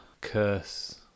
curse